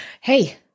Hey